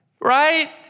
right